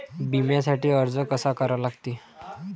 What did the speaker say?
बिम्यासाठी अर्ज कसा करा लागते?